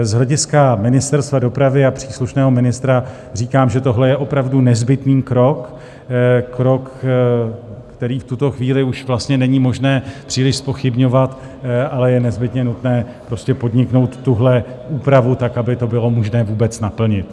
Z hlediska Ministerstva dopravy a příslušného ministra říkám, že tohle je opravdu nezbytný krok, krok, který v tuto chvíli už vlastně není možné příliš zpochybňovat, ale je nezbytně nutné podniknout tuhle úpravu tak, aby to bylo možné vůbec naplnit.